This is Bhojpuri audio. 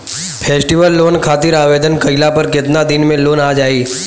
फेस्टीवल लोन खातिर आवेदन कईला पर केतना दिन मे लोन आ जाई?